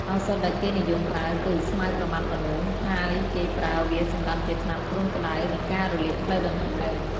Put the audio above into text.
ឱសថដែលគេនិយមប្រើគឺ ស្មៅប្រម៉ាត់មនុស្ស ហើយគេប្រើវាសម្រាប់ជាថ្នាំគ្រុនក្តៅ និងការរលាកផ្លូវដង្ហើម។